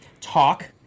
talk